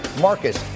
Marcus